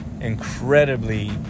incredibly